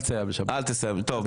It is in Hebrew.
טוב.